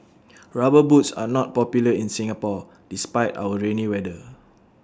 rubber boots are not popular in Singapore despite our rainy weather